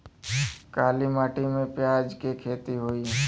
काली माटी में प्याज के खेती होई?